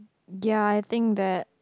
ya I think that